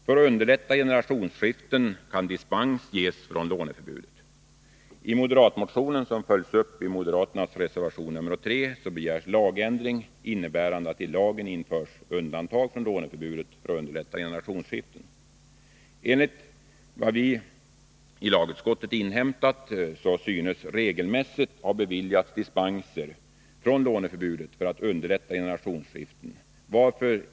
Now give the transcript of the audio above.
För att underlätta generationsskiften kan dispens från låneförbudet ges. I moderatmotionen, som fullföljs i moderaternas reservation nr 3, begärs lagändring innebärande undantag från låneförbudet för att underlätta generationsskiften. Enligt vad vi i lagutskottet inhämtat synes regelmässigt dispenser från låneförbudet för att underlätta generationsskiften ha beviljats.